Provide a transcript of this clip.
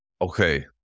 Okay